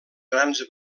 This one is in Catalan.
grans